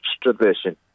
tradition